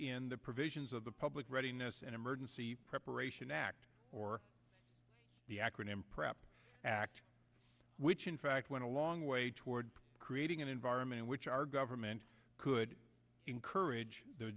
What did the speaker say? in the provisions of the public readiness and emergency preparation act or the acronym perhaps act which in fact went a long way toward creating an environment in which our government could encourage the